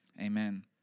amen